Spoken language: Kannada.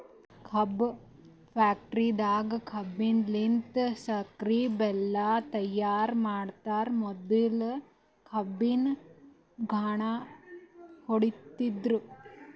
ಕಬ್ಬ್ ಫ್ಯಾಕ್ಟರಿದಾಗ್ ಕಬ್ಬಲಿನ್ತ್ ಸಕ್ಕರಿ ಬೆಲ್ಲಾ ತೈಯಾರ್ ಮಾಡ್ತರ್ ಮೊದ್ಲ ಕಬ್ಬಿನ್ ಘಾಣ ಹೊಡಿತಿದ್ರು